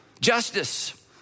Justice